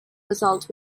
result